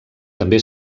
també